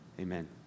Amen